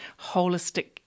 holistic